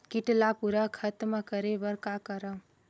कीट ला पूरा खतम करे बर का करवं?